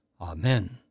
Amen